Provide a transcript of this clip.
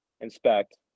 inspect